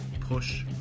Push